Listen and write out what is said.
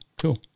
cool